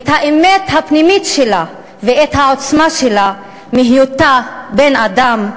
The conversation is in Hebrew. את האמת הפנימית שלה ואת העוצמה שלה מהיותה בן-אדם,